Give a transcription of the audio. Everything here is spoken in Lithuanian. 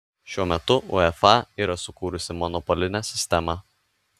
šiuo metu uefa yra sukūrusi monopolinę sistemą